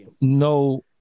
no